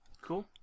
Cool